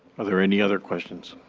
are there any other questions?